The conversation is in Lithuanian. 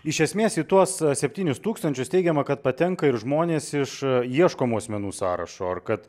iš esmės į tuos septynis tūkstančius teigiama kad patenka ir žmonės iš ieškomų asmenų sąrašo ir kad